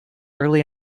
early